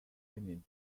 women